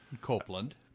Copeland